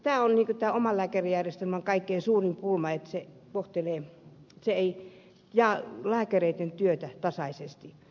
tämä on omalääkärijärjestelmän kaikkein suurin pulma että se ei jaa lääkäreitten työtä tasaisesti